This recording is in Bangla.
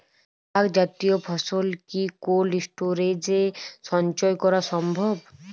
শাক জাতীয় ফসল কি কোল্ড স্টোরেজে সঞ্চয় করা সম্ভব?